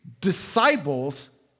disciples